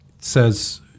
says